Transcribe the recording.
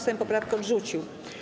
Sejm poprawkę odrzucił.